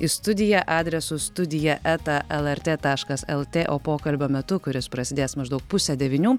į studiją adresu studija eta lrt taškas lt o pokalbio metu kuris prasidės maždaug pusę devynių